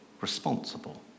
responsible